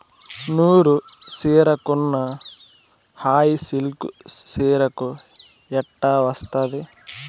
నూరు చీరకున్న హాయి సిల్కు చీరకు ఎట్టా వస్తాది